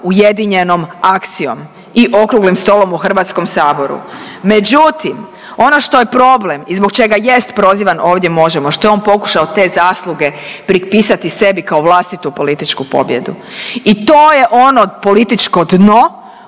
ujedinjenom akcijom i okruglim stolom u Hrvatskom saboru. Međutim, ono što je problem i zbog čega jest prozivan ovdje Možemo što je on pokušao te zasluge pripisati sebi kao vlastitu političku pobjedu. I to je ono političko dno